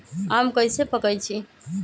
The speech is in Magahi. आम कईसे पकईछी?